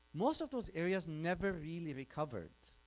most of those areas never really recovered